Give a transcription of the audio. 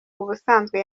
ubusanzwe